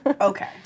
Okay